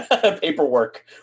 Paperwork